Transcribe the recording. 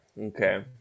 Okay